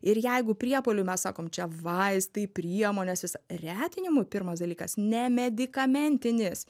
ir jeigu priepuoliui mes sakom čia vaistai priemonės visa retinimui pirmas dalykas nemedikamentinis